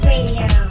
Radio